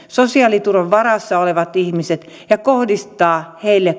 sosiaaliturvan varassa olevat pienituloiset ihmiset ja kohdistaa heille